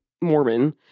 Mormon